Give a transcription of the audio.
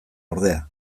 ordea